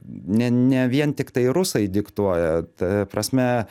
ne ne vien tiktai rusai diktuoja ta prasme